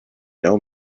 know